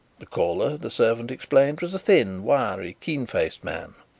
the caller, the servant explained, was a thin, wiry, keen-faced man.